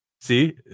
See